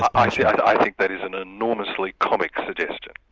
i think that is an enormously comic suggestion.